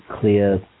clear